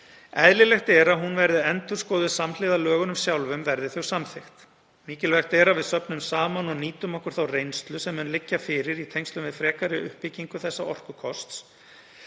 Eðlilegt er að hún verði endurskoðuð samhliða lögunum sjálfum verði þau samþykkt. Mikilvægt er að við söfnum saman og nýtum okkur þá reynslu sem mun liggja fyrir í tengslum við frekari uppbyggingu þessa orkukosts